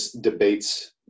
debates